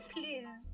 Please